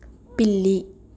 పిల్లి